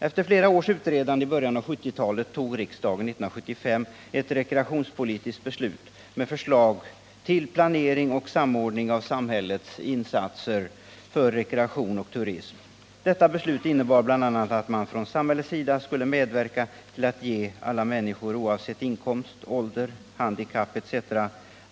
Efter flera års utredande i början av 1970-talet tog riksdagen 1975 ett rekreationspolitiskt beslut med förslag till planering och samordning av samhällets insatser för rekreation och turism. Detta beslut innebar bl.a. att man från samhällets sida skulle medverka till att ge alla människor oavsett inkomst, ålder, handikapp etc.